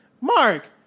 Mark